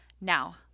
Now